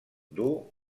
duu